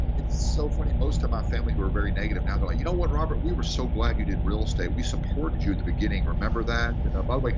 it's so funny. most of my family who are very negative now go like, you know what, robert? we were so glad you did real estate. we supported you in the beginning. remember that? and by like